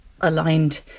aligned